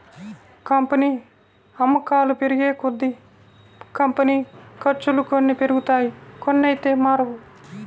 company అమ్మకాలు పెరిగేకొద్దీ, company ఖర్చులు కొన్ని పెరుగుతాయి కొన్నైతే మారవు